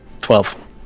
twelve